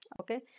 okay